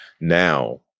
now